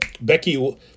Becky